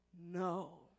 no